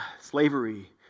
slavery